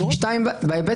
שנית, בהיבט